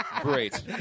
Great